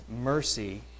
Mercy